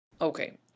Okay